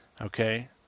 okay